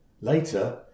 Later